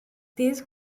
dydd